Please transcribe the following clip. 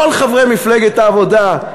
כל חברי מפלגת העבודה,